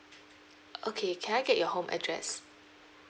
okay can I get your home address